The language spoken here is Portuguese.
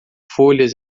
folhas